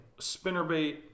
spinnerbait